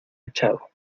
echado